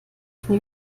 von